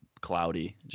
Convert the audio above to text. cloudy